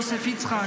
יוסף יצחק,